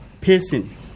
pacing